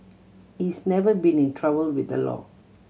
he's never been in trouble with the law